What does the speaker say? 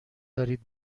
دارید